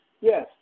Yes